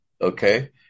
okay